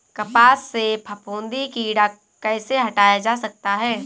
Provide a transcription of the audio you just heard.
कपास से फफूंदी कीड़ा कैसे हटाया जा सकता है?